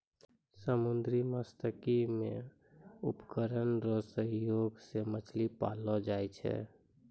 समुन्द्री मत्स्यिकी मे उपकरण रो सहयोग से मछली पाललो जाय छै